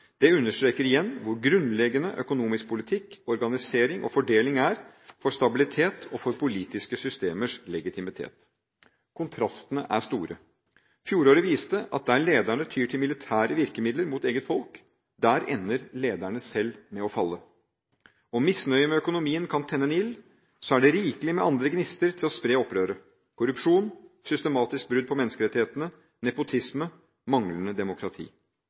Det understreker igjen hvor grunnleggende økonomisk politikk, organisering og fordeling er for stabilitet og for politiske systemers legitimitet. Kontrastene er store. Fjoråret viste at der lederne tyr til militære virkemidler mot eget folk, der ender lederne selv med å falle. Om misnøye med økonomien kan tenne en ild, så er det rikelig med andre gnister til å spre opprøret: korrupsjon, systematiske brudd på menneskerettighetene, nepotisme og manglende demokrati.